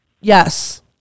Yes